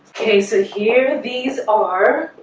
okay, so here these are